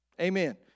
Amen